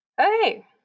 Okay